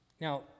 Now